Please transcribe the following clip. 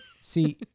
See